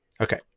Okay